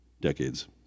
decades